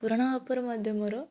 ପୁରାଣ ଉପରେ ମଧ୍ୟ ମୋର